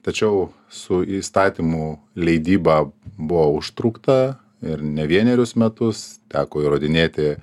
tačiau su įstatymų leidyba buvo užtrukta ir ne vienerius metus teko įrodinėti